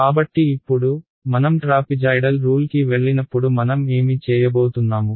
కాబట్టి ఇప్పుడు మనం ట్రాపిజాయ్డల్ రూల్ కి వెళ్ళినప్పుడు మనం ఏమి చేయబోతున్నాము